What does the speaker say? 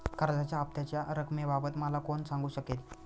कर्जाच्या हफ्त्याच्या रक्कमेबाबत मला कोण सांगू शकेल?